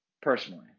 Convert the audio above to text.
personally